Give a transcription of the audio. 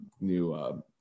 new